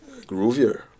groovier